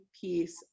piece